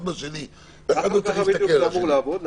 להוראות מנכ"ל וגם לראות איך להתקדם עם הוראות המנכ"ל האלה?